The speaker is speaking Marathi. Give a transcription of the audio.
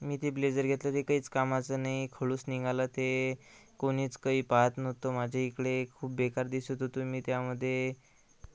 मी ते ब्लेजर घेतलं ते काहीच कामाचं नाही खडूस निघालं ते कोणीच काही पहात नव्हतं माझ्याइकडे खूप बेक्कार दिसत होतो मी त्यामधे